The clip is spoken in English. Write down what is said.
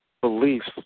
beliefs